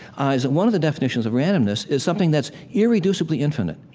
ah, is that one of the definitions of randomness is something that's irreducibly infinite.